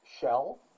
shell